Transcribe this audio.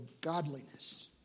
godliness